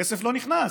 הכסף לא נכנס,